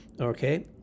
Okay